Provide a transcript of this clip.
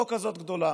לא כזאת גדולה.